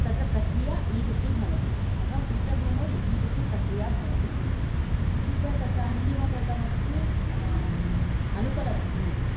तत्र प्रक्रिया ईदृशी भवति अथवा पृष्टभूमौ ईदृशी प्रक्रिया भवति अपि च तत्र अन्तिमम् एकमस्ति अनुपलब्धिः इति